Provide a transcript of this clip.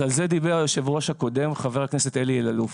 על זה דיבר היושב ראש הקודם חבר הכנסת אלי אלאלוף.